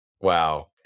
Wow